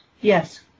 Yes